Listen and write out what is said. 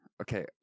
okay